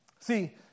See